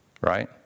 right